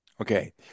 Okay